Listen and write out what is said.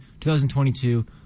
2022